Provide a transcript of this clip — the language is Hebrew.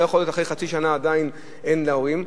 שלא יכול להיות שאחרי חצי שנה עדיין אין להורים,